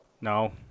No